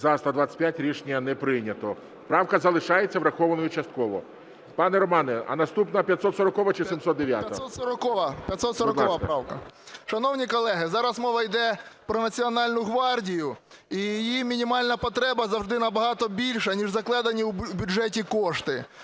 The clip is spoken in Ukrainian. За-125 Рішення не прийнято. Правка залишається врахованою частково. Пане Романе, а наступна 540-а чи 709-а? 10:55:06 КОСТЕНКО Р.В. 540 правка. Шановні колеги, зараз мова йде про Національну гвардію, і її мінімальна потреба завжди набагато більша ніж закладені в бюджеті кошти.